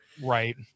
right